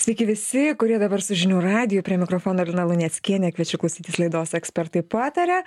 sveiki visi kurie dabar su žinių radiju prie mikrofono lina luneckienė kviečiu klausytis laidos ekspertai pataria